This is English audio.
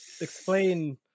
explain